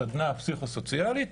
סדנה פסיכוסוציאלית.